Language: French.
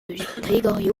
gregorio